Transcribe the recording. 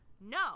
no